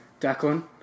Declan